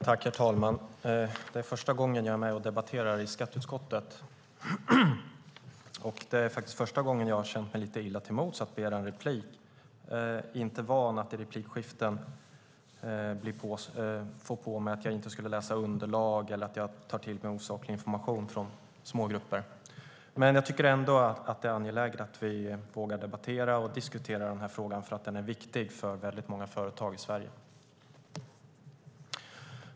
Herr talman! Det är första gången jag är med och debatterar i skatteutskottet, och det är första gången jag har känt mig lite illa till mods att begära replik. Jag är inte van att i replikskiften få höra att jag inte har läst underlag eller att jag tar till mig osaklig information från små grupper. Det är dock angeläget att vi vågar debattera och diskutera denna fråga, för den är viktig för många företag i Sverige.